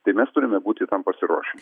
tai mes turime būti tam pasiruošę